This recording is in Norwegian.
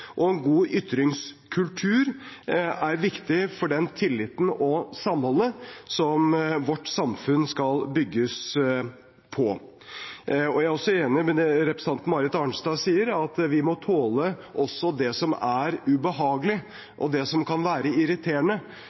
og en god ytringskultur er viktig for tilliten og samholdet som vårt samfunn skal bygges på. Jeg er også enig i det representanten Marit Arnstad sier, at vi må tåle det som er ubehagelig, og det som kan være